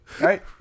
Right